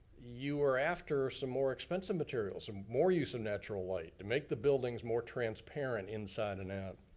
you were after some more expensive materials and more use of natural light, to make the buildings more transparent inside and out.